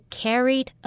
carried